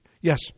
Yes